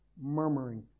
Murmuring